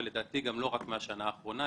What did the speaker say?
לדעתי גם לא רק מהשנה האחרונה,